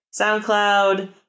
SoundCloud